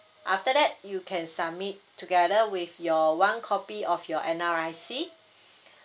after that you can submit together with your one copy of your N_R_I_C